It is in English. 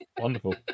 wonderful